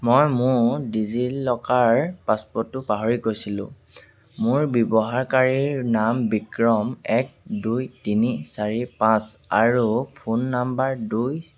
মই মোৰ ডিজিলকাৰ পাছৱৰ্ডটো পাহৰি গৈছিলোঁ মোৰ ব্যৱহাৰকাৰীৰ নাম বিক্ৰম এক দুই তিনি চাৰি পাঁচ আৰু ফোন নাম্বাৰ দুই